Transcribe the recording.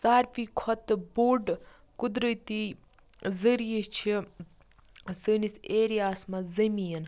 ساروٕے کھۄتہٕ بوٚڑ قودرٔتی ذٔریعہ چھِ سٲنٛس ایریا ہَس مَنٛز زٔمیٖن